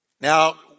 Now